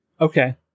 Okay